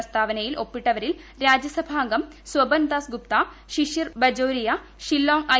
പ്രസ്താവനയിൽ ഒപ്പിട്ടവരിൽ രാജ്യസഭാംഗം സ്പൻ ദാസ്ഗുപ്ത ഷിഷിർ ബജോരിയ ഷില്ലോംഗ് ഐ